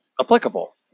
applicable